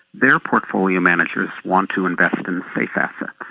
their portfolio managers want to invest in safe assets.